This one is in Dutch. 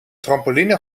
trampoline